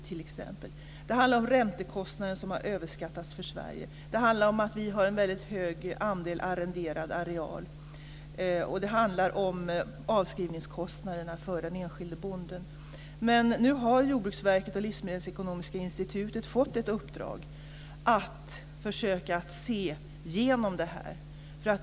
Det handlar om räntekostnader som har överskattats för Sverige. Det handlar om att vi har en hög andel arrenderad areal. Det handlar om avskrivningskostnaderna för den enskilde bonden. Nu har Jordbruksverket och Livsmedelsekonomiska institutet fått ett uppdrag att försöka att se genom detta.